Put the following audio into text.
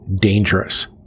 dangerous